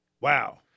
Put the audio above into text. Wow